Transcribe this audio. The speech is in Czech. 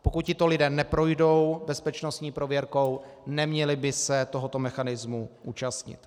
Pokud tito lidé neprojdou bezpečnostní prověrkou, neměli by se tohoto mechanismu účastnit.